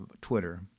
Twitter